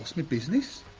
lost my business,